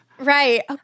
Right